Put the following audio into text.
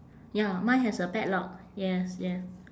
ya mine has a padlock yes yes